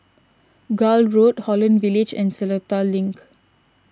Gul Road Holland Village and Seletar Link